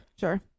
Sure